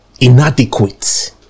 inadequate